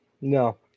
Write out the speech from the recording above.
No